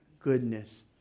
goodness